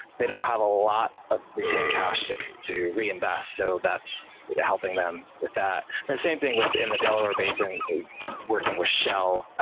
they don't have a lot of retained cash to to reinvest. so, that's helping them with that. and the same thing in the delaware basin working with shell.